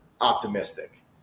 optimistic